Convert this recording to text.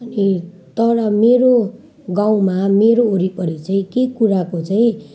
अनि तर मेरो गाउँमा मेरो वरिपरि चाहिँ के कुराको चाहिँ